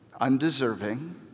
undeserving